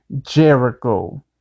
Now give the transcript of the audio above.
Jericho